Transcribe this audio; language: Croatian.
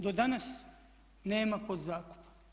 Do danas nema podzakupa.